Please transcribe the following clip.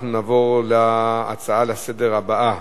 אנחנו נעבור להצעה לסדר הבאה,